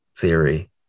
theory